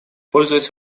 пользуясь